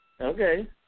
Okay